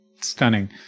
stunning